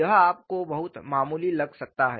यह आपको बहुत मामूली लग सकता है